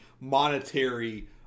monetary